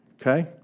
okay